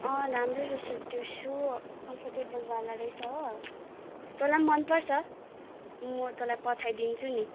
अँ राम्रै रहेछ त्यो सू कम्फर्टेबलवाला रहेछ हो तँलाई पनि मनपर्छ म तँलाई पठाइदिन्छु नि